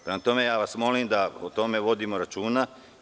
Prema tome, molim vas da o tome vodimo računa.